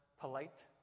polite